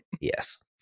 Yes